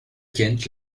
kent